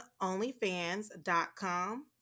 onlyfans.com